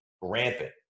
rampant